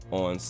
on